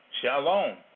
Shalom